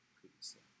previously